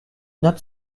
not